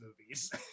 movies